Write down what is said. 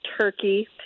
turkey